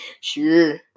sure